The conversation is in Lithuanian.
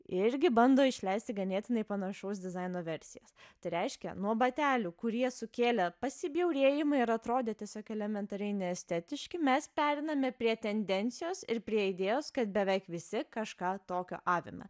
irgi bando išleisti ganėtinai panašaus dizaino versijas tai reiškia nuo batelių kurie sukėlė pasibjaurėjimą ir atrodė tiesiog elementariai neestetiški mes pereiname prie tendencijos ir prie idėjos kad beveik visi kažką tokio aviną